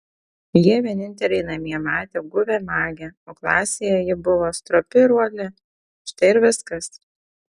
jie vieninteliai namie matė guvią magę o klasėje ji buvo stropi ir uoli štai ir viskas